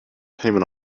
payment